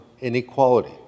inequality